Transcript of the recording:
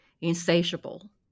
insatiable